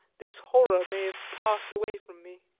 this horror may have passed away from me.